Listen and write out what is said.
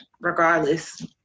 regardless